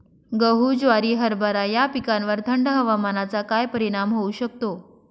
गहू, ज्वारी, हरभरा या पिकांवर थंड हवामानाचा काय परिणाम होऊ शकतो?